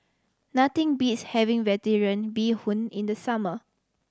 nothing beats having Vegetarian Bee Hoon in the summer